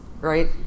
right